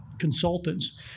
consultants